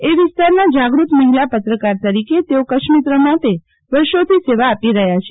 એ વિસ્તારના જાગૃત મફિલા પત્રકાર તરીકે તેઓ કચ્છમિત્ર માટે વર્ષોથી સેવા આપી રહ્યા છે